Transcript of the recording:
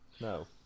No